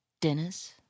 dinners